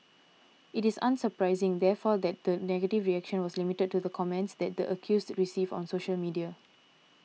it is unsurprising therefore that the negative reaction was limited to the comments that the accused received on social media